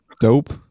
dope